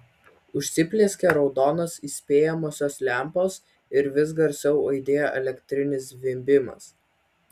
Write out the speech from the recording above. užsiplieskė raudonos įspėjamosios lempos ir vis garsiau aidėjo elektrinis zvimbimas